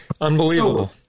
Unbelievable